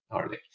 early